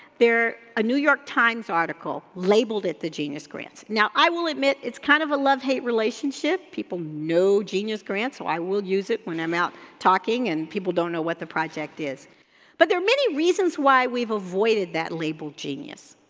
a new york times article labeled it the genius grant. now, i will admit it's kind of a love hate relationship, people know genius grant so i will use it when i'm out talking and people don't know what the project is but there are many reasons why we've avoided that label genius.